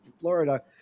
Florida